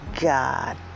God